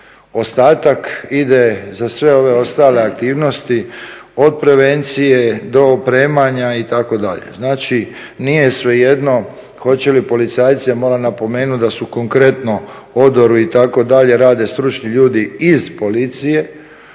ostatak ide za sve ove ostale aktivnosti od prevencije do opremanja itd. Znači, nije svejedno hoće li policajce, moram napomenuti da konkretno odoru itd. rade stručni ljudi iz policije